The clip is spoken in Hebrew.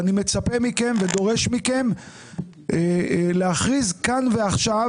ואני מצפה מכם ודורש מכם להכריז כאן ועכשיו